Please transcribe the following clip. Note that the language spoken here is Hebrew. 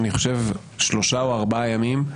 ממש לפני שלושה או ארבעה ימים,